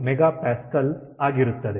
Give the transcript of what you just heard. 56MPa ಆಗಿರುತ್ತದೆ